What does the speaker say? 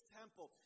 temple